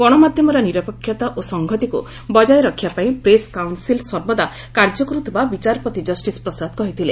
ଗଣମାଧ୍ୟମର ନିରପେକ୍ଷତା ଓ ସଂହତିକୁ ବଜାୟୀ ରଖିବା ପାଇଁ ପ୍ରେସ କାଉନସିଲ ସର୍ବଦା କାର୍ଯ୍ୟ କରୁଥିବା ବିଚାରପତି କଷ୍ଟିସ ପ୍ରସାଦ କହିଥିଲେ